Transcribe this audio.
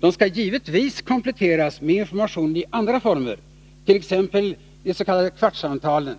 De skall givetvis kompletteras med information i andra former, t.ex. de s.k. kvartssamtalen.